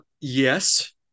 Yes